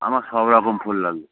আমার সব রকম ফুল লাগবে